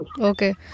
Okay